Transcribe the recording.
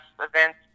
events